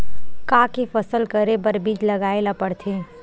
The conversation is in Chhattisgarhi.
का के फसल करे बर बीज लगाए ला पड़थे?